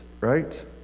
right